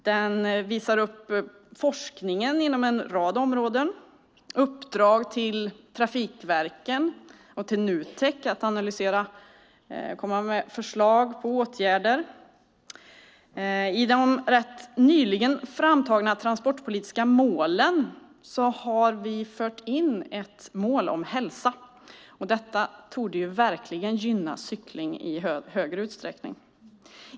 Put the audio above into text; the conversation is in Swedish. Den visar upp forskningen inom en rad områden och uppdrag till trafikverken och Nutek att analysera och komma med förslag på åtgärder. I de rätt nyligen framtagna transportpolitiska målen har vi fört in ett mål om hälsa. Detta torde verkligen gynna cykling i högre utsträckning.